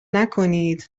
نکنید